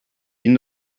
bin